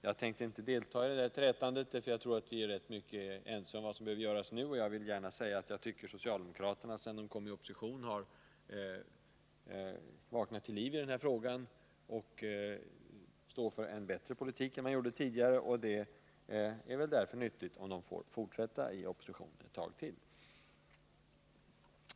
Jag tänker inte delta i det trätandet, för jag tror vi är rätt ense om vad som behöver göras nu. Jag vill gärna säga att sedan socialdemokraterna kom i opposition har de vaknat till liv i missbruksfrågorna och står för en bättre politik än de gjorde tidigare. Bl. a. därför kan det vara bra att de får fortsätta i opposition ett tag till.